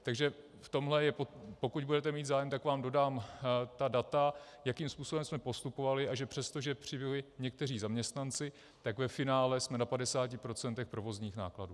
Takže v tomhle, pokud budete mít zájem, tak vám dodám ta data, jakým způsobem jsme postupovali, a že přestože přibyli někteří zaměstnanci, tak ve finále jsme na 50 procentech provozních nákladů.